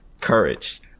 Courage